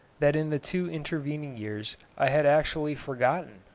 that in the two intervening years i had actually forgotten,